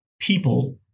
people